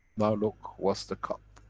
now look. what's the cup?